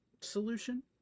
solution